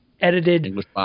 Edited